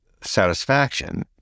satisfaction